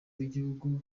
bw’igihugu